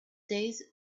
days